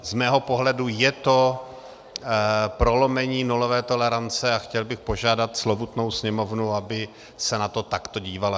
Z mého pohledu je to prolomení nulové tolerance a chtěl bych požádat slovutnou Sněmovnu, aby se na to takto dívala.